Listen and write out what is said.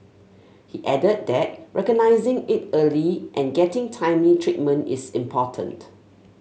he added that recognising it early and getting timely treatment is important